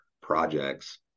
projects